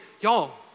Y'all